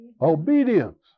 Obedience